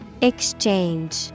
Exchange